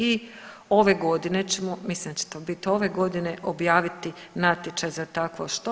I ove godine ćemo, mislim da će to biti ove godine objaviti natječaj za takvo što.